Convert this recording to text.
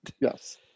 Yes